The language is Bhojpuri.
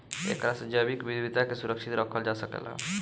एकरा से जैविक विविधता के सुरक्षित रखल जा सकेला